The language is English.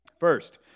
First